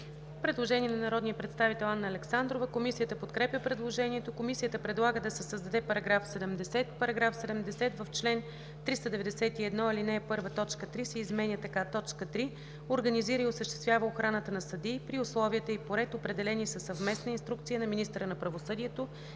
Предложение на народния представител Анна Александрова. Комисията подкрепя предложението. Комисията предлага да се създаде § 70: „§ 70. В чл. 391, ал. 3 т. 3 се изменя така: „3. организира и осъществява охраната на съдии – при условия и по ред, определени със съвместна инструкция на министъра на правосъдието